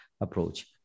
approach